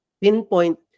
pinpoint